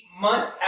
month